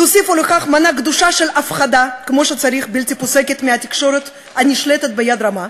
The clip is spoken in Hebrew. תוסיפו לכך מנה גדושה של הפחדה בלתי פוסקת מהתקשורת הנשלטת ביד רמה,